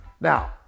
Now